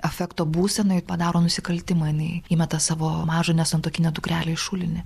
afekto būsenoj padaro nusikaltimą jinai įmeta savo mažą nesantuokinę dukrelę į šulinį